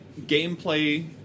gameplay